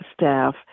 staff